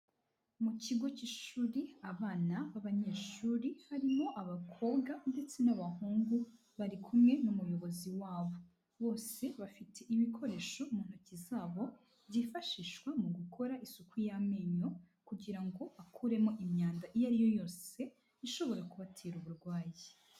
Mu kigo cy'ishuri abana b'abanyeshuri harimo abakobwa ndetse n'abahungu bari kumwe n'umuyobozi wabo, bose bafite ibikoresho mu ntoki zabo byifashishwa mu gukora isuku y'amenyo kugira ngo akuremo imyanda iyo ariyo yose ishobora kubatera uburwayi.